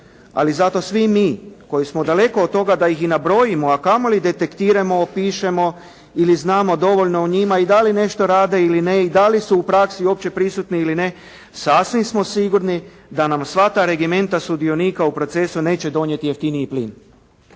Ali zato svi mi koji smo daleko od toga da ih i nabrojimo, a kamoli detektiramo, opišemo ili znamo dovoljno o njima i da li nešto rade ili ne i da li su u praksi uopće prisutni ili ne, sasvim smo sigurni da nam sva ta regimenta sudionika u procesu neće donijeti jeftiniji plin.